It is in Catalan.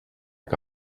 que